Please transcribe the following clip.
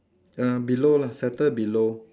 uh below lah settle below